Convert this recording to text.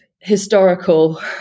historical